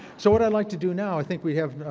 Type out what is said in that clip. so what i'd like to do now, i think we have,